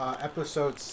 episode